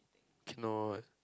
cannot